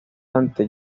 ante